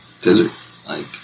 desert-like